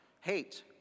hate